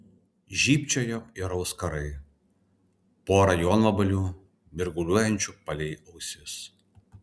žybčiojo ir auskarai pora jonvabalių mirguliuojančių palei ausis